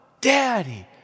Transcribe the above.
Daddy